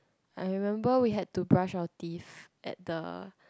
I remembered we had to brush our teeth at the